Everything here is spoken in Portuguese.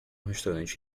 restaurante